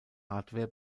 hardware